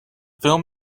film